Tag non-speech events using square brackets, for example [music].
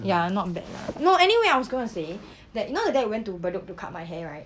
ya not bad lah no anyway I was going to say [breath] that you know that day I went to bedok to cut my hair right